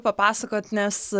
papasakot nes